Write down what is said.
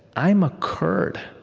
i'm a kurd.